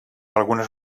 algunes